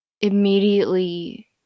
immediately